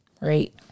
right